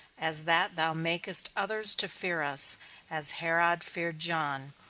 as that thou makest others to fear us as herod feared john,